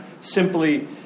simply